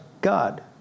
God